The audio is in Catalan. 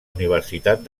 universitat